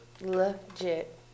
legit